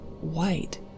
white